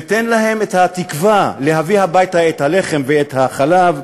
ותן להם את התקווה להביא הביתה את הלחם ואת החלב,